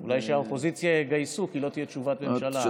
אולי שהאופוזיציה יגייסו, כי לא תהיה תשובת ממשלה.